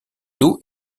dos